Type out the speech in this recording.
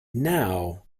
now